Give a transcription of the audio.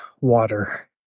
water